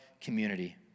community